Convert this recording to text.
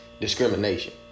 discrimination